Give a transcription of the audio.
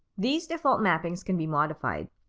these default mappings can be modified.